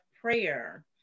prayer